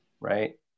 Right